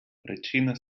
причина